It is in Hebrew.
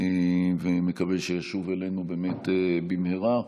ומקווה שישוב אלינו במהרה.